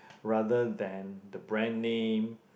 rather than the brand name